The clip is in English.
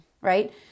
right